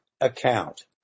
account